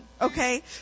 Okay